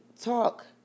talk